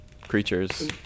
creatures